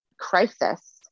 crisis